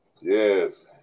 Yes